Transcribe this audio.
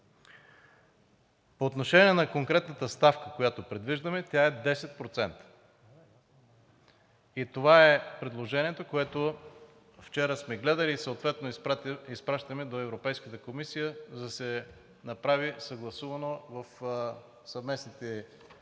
По отношение на конкретната ставка, която предвиждаме, тя е 10%. И това е предложението, което вчера сме гледали и съответно изпращаме до Европейската комисия, за да се направи съгласувано с местните регламенти,